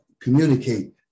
communicate